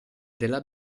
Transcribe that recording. della